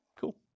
Cool